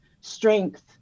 strength